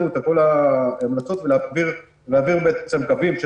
אצלנו את כל ההמלצות ולהעביר קווים של